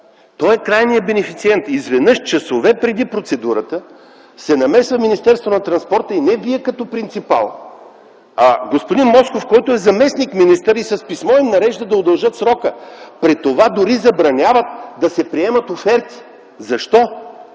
Той е крайният бенефициент. Изведнъж часове преди процедурата се намесва Министерството на транспорта и не Вие като принципал, а господин Москов, който е заместник-министър, и с писмо им нарежда да удължат срока, при това дори забранява да се приемат оферти. Защо?